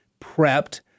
prepped